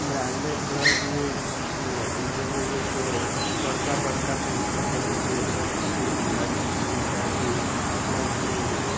branded brush मे जे होइया से बड़का बड़का पेंटर सब उपयोग करै छथिन हमरा क्षेत्र मे तऽ अभी उपलब्ध नहि अछि